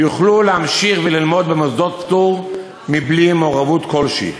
שיוכלו להמשיך ללמוד במוסדות פטור בלי מעורבות כלשהי.